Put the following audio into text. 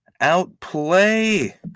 outplay